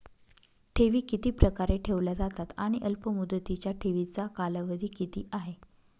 ठेवी किती प्रकारे ठेवल्या जातात आणि अल्पमुदतीच्या ठेवीचा कालावधी किती आहे?